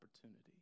opportunity